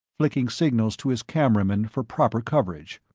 flicking signals to his cameramen for proper coverage.